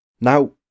Now